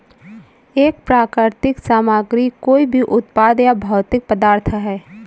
एक प्राकृतिक सामग्री कोई भी उत्पाद या भौतिक पदार्थ है